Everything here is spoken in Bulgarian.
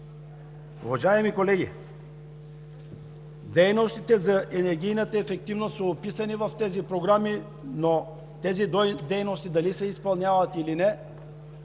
Уважаеми колеги, дейностите за енергийната ефективност са описани в тези програми, но тези дейности дали се изпълняват, или не